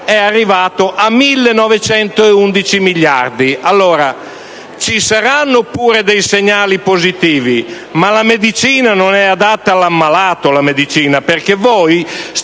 arrivato a 1.911 miliardi. Allora, ci saranno pure dei segnali positivi, ma la medicina non è adatta all'ammalato, perché voi state